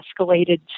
escalated